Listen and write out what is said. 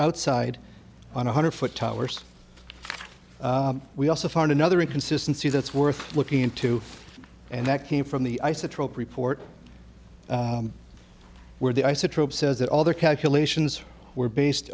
outside on one hundred foot towers we also found another inconsistency that's worth looking into and that came from the isotope report where the isotope says that all their calculations were based